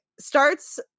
starts